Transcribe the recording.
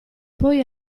poi